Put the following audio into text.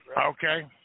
Okay